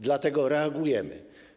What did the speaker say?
Dlatego reagujemy.